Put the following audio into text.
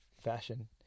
fashion